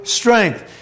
strength